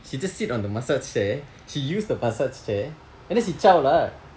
she just sit on the massage chair she use the massage chair and then she zao lah